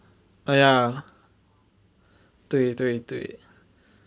ya 对对对